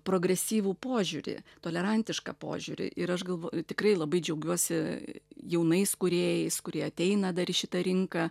progresyvų požiūrį tolerantišką požiūrį ir aš galvoju tikrai labai džiaugiuosi jaunais kūrėjais kurie ateina dar į šitą rinką